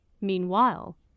Meanwhile